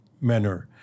manner